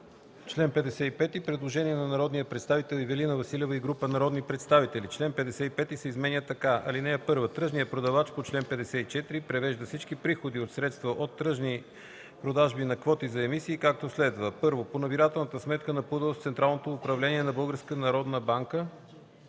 постъпило предложение от народния представител Ивелина Василева и група народни представители – чл. 55 се изменя така: „Чл. 55. (1) Тръжният продавач по чл. 54 превежда всички приходи от средства от тръжни продажби на квоти за емисии, както следва: 1. по набирателната бюджетна сметка на ПУДООС в Централното управление на